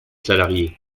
salariés